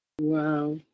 Wow